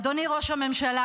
אדוני ראש הממשלה,